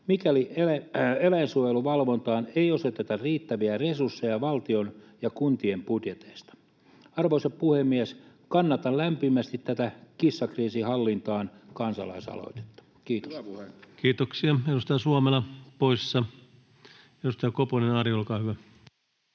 mikäli eläinsuojeluvalvontaan ei osoiteta riittäviä resursseja valtion ja kuntien budjeteista. Arvoisa puhemies! Kannatan lämpimästi tätä Kissakriisi hallintaan ‑kansalaisaloitetta. — Kiitos. Kiitoksia. — Edustaja Suomela poissa. — Edustaja Koponen, Ari, olkaa hyvä.